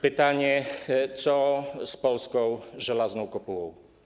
Pytanie: Co z polską Żelazną Kopułą?